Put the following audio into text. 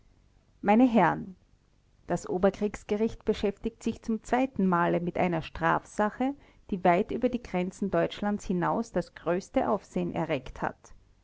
meine herren das oberkriegsgericht beschäftigt sich zum zweiten male mit einer strafsache die weit über die grenzen deutschlands hinaus das größte aufsehen erregt hat